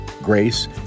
grace